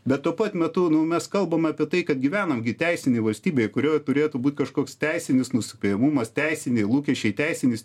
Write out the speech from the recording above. bet tuo pat metu mes kalbame apie tai kad gyvenam teisinėj valstybėj kurioj turėtų būt kažkoks teisinis nuspėjamumas teisiniai lūkesčiai teisinis